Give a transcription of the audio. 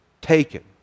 taken